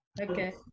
Okay